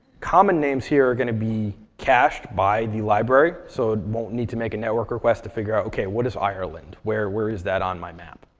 common names here going to be cached by the library, so you won't need to make a network request to figure out, ok, what is ireland? where where is that on my map?